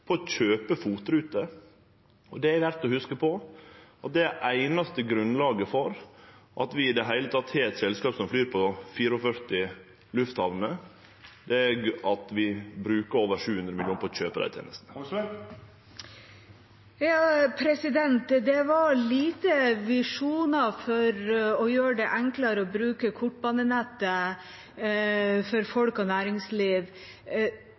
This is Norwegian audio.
på å kjøpe FOT-ruter. Det er verdt å hugse på at det einaste grunnlaget for at vi i det heile har eit selskap som flyg på 44 lufthamner, er at vi bruker over 700 mill. kr på å kjøpe dei tenestene. Det var få visjoner om å gjøre det enklere for folk og næringsliv å bruke kortbanenettet. Kortbanenettet er kjempeviktig for